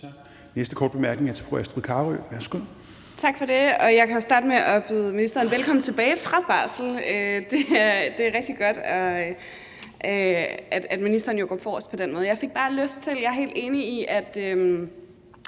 næste korte bemærkning er til fru Astrid Carøe. Værsgo. Kl. 11:38 Astrid Carøe (SF): Tak for det. Jeg kan jo starte med at byde ministeren velkommen tilbage fra barsel. Det er rigtig godt, at ministeren går forrest på den måde. Jeg er helt enig i, at